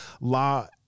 law